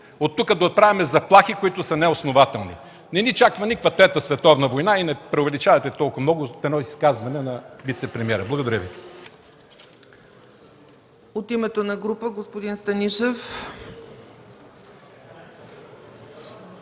и да отправяме заплахи, които са неоснователни. Не ни чака никаква Трета световна война и не преувеличавайте толкова много изказването на вицепремиера. Благодаря Ви.